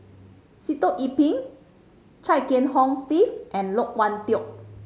Sitoh Yih Pin Chia Kiah Hong Steve and Loke Wan Tho